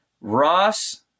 Ross